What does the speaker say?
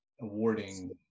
awarding